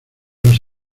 los